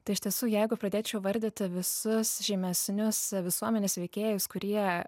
tai iš tiesų jeigu pradėčiau vardyti visus žymesnius visuomenės veikėjus kurie